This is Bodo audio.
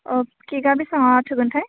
खेकआ बेसेबाङा थोगोनथाइ